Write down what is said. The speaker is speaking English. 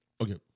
Okay